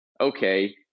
okay